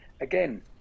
again